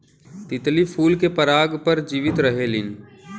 तितली फूल के पराग पर जीवित रहेलीन